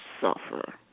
suffer